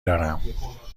دارم